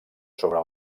sobre